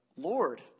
Lord